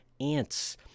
ants